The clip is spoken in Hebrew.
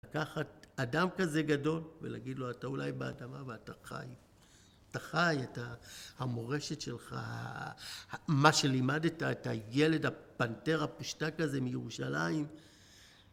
לקחת אדם כזה גדול ולהגיד לו, אתה אולי באדמה אבל אתה חי, אתה חי את ה... המורשת שלך, מה שלימדת את הילד הפנתר הפושטק הזה מירושלים